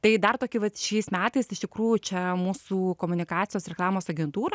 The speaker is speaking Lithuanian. tai dar tokį vat šiais metais iš tikrųjų čia mūsų komunikacijos reklamos agentūra